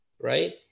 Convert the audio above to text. right